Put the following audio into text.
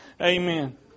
Amen